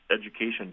education